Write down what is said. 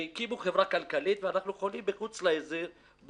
והקימו חברה כלכלית ואנחנו חונים מחוץ לעיר,